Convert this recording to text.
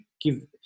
give